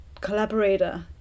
collaborator